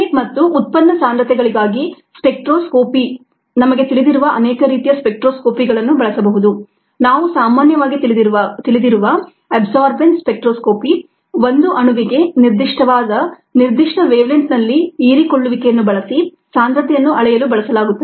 substrate ಮತ್ತು ಉತ್ಪನ್ನ ಸಾಂದ್ರತೆಗಳಿಗಾಗಿ ಸ್ಪೆಕ್ಟ್ರೋಸ್ಕೋಪಿ ನಮಗೆ ತಿಳಿದಿರುವ ಅನೇಕ ರೀತಿಯ ಸ್ಪೆಕ್ಟ್ರೋಸ್ಕೋಪಿಗಳನ್ನು ಬಳಸಬಹುದು ನಾವು ಸಾಮಾನ್ಯವಾಗಿ ತಿಳಿದಿರುವ ಅಬ್ಸರ್ರ್ಬನ್ಸ್ ಸ್ಪೆಕ್ಟ್ರೋಸ್ಕೋಪಿ ಒಂದು ಅಣುವಿಗೆ ನಿರ್ದಿಷ್ಟವಾದ ನಿರ್ದಿಷ್ಟ ವೇವಲೆಂಥ್ನಲ್ಲಿ ಹೀರಿಕೊಳ್ಳುವಿಕೆಯನ್ನು ಬಳಸಿ ಸಾಂದ್ರತೆಯನ್ನು ಅಳೆಯಲು ಬಳಸಲಾಗುತ್ತದೆ